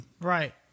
Right